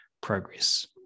progress